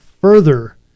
further